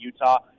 Utah